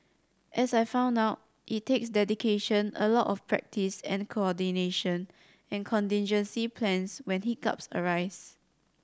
as I found out it takes dedication a lot of practice and coordination and contingency plans when hiccups arise